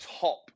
top